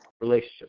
relationship